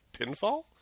pinfall